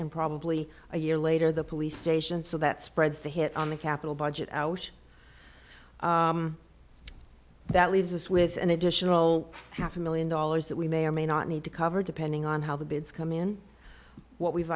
and probably a year later the police station so that spreads the hit on the capital budget ouch that leaves us with an additional half a million dollars that we may or may not need to cover depending on how the bids come in what we've